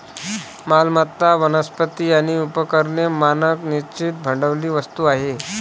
मालमत्ता, वनस्पती आणि उपकरणे मानक निश्चित भांडवली वस्तू आहेत